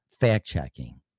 fact-checking